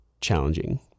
challenging